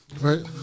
right